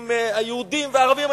עם היהודים והערבים.